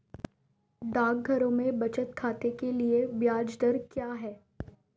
डाकघरों में बचत खाते के लिए ब्याज दर क्या है?